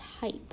type